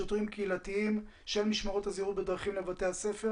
שוטרים קהילתיים של משמרות זהירות בדרכים לבתי הספר